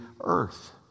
earth